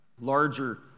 larger